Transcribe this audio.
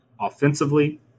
offensively